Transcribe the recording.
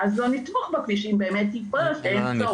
ואז לא נתמוך בכביש אם באמת יתברר שאין צורך.